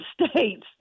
states